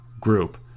group